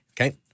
Okay